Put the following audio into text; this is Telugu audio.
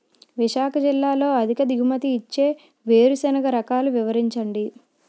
విశాఖ జిల్లాలో అధిక దిగుమతి ఇచ్చే వేరుసెనగ రకాలు వివరించండి?